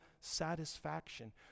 satisfaction